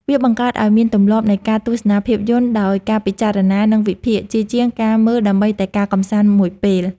វាបង្កើតឱ្យមានទម្លាប់នៃការទស្សនាភាពយន្តដោយការពិចារណា និងវិភាគ ជាជាងការមើលដើម្បីតែការកម្សាន្តមួយពេល។